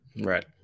Right